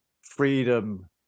freedom